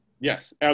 Yes